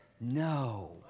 no